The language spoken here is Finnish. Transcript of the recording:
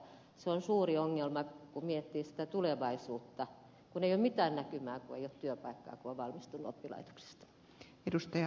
se on suuri ongelma kun miettii tulevaisuutta kun ei ole mitään näkymää kun ei ole työpaikkaa kun on valmistunut oppilaitoksesta